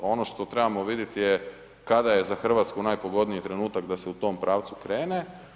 Ono što trebamo vidjet je kada je za Hrvatsku najpogodniji trenutak da se u tom pravcu krene.